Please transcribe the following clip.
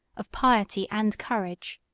of piety and courage.